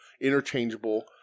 interchangeable